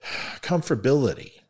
comfortability